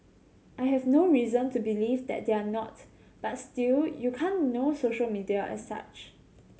I have no reason to believe that they are not but still you can't know social media as such